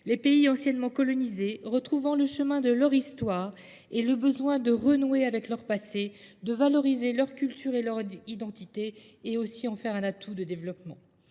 Les pays anciennement colonisés, retrouvant le chemin de leur histoire et le besoin de renouer avec leur passé, de valoriser leur culture et leur identité et aussi en faire un atout de développement.